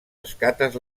escates